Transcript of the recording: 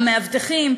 המאבטחים,